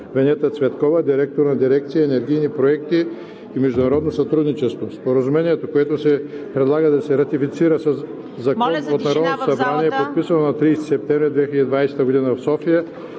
Венета Цветкова – директор на дирекция „Енергийни проекти и международно сътрудничество“. Споразумението, което се предлага да се ратифицира със закон от Народното събрание, е подписано на 30 септември 2020 г. в София.